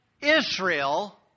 Israel